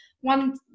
one